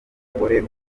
umugore